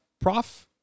Prof